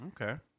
Okay